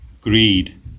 greed